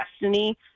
destiny